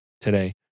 today